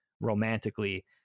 romantically